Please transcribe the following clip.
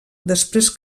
després